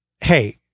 hey